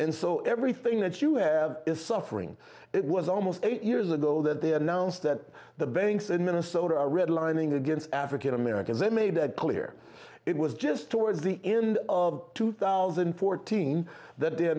and so everything that you have is suffering it was almost eight years ago that they announced that the banks in minnesota are red lining against african americans they made that clear it was just towards the end of two thousand and fourteen that they a